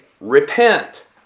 repent